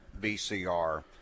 BCR